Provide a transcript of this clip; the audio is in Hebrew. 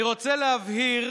אני רוצה להבהיר